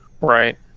Right